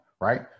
right